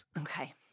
Okay